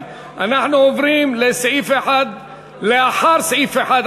אנחנו עוברים לאחר סעיף 1,